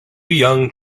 young